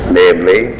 namely